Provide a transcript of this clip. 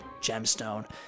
gemstone